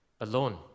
alone